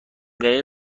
دلیل